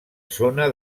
zona